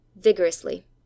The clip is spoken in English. vigorously